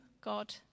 God